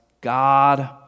God